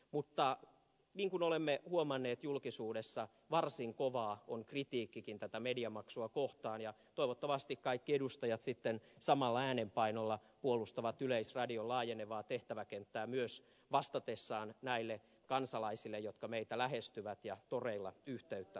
mutta niin kuin olemme huomanneet julkisuudessa varsin kovaa on kritiikkikin tätä mediamaksua kohtaan ja toivottavasti kaikki edustajat sitten samalla äänenpainolla puolustavat yleisradion laajenevaa tehtäväkenttää myös vastatessaan näille kansalaisille jotka meitä lähestyvät ja toreilla yhteyttä ottavat